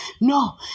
No